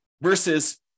versus